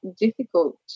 difficult